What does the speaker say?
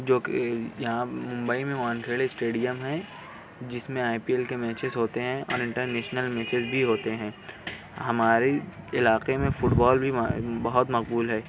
جو کہ یہاں ممبئی میں وانکھیڑے اسٹیڈیم ہیں جس میں آئی پی ایل کے میچز ہوتے ہیں اور انٹر نیشنل میچز بھی ہوتے ہیں ہماری علاقے میں فٹ بال بھی بہت مقبول ہے